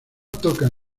tocan